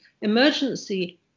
emergency